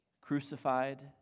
crucified